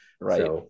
Right